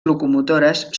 locomotores